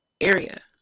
area